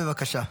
בבקשה,